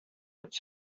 its